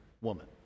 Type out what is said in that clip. woman